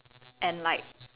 and like